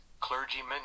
clergyman